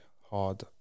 hard